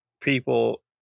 people